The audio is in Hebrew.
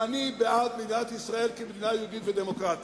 אני בעד מדינת ישראל כמדינה יהודית ודמוקרטית,